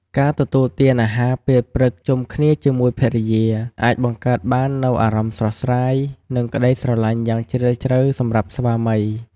ការទទួលទានអាហារពេលព្រឹកជុំគ្នាជាមួយភរិយា អាចបង្កើតបាននូវអារម្មណ៍ស្រស់ស្រាយ និងក្ដីស្រឡាញ់យ៉ាងជ្រាលជ្រៅសម្រាប់ស្វាមី។